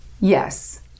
Yes